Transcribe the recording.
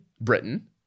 Britain